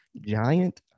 giant